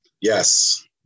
Yes